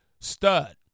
stud